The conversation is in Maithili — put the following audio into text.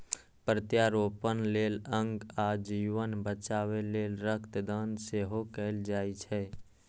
प्रत्यारोपण लेल अंग आ जीवन बचाबै लेल रक्त दान सेहो कैल जाइ छै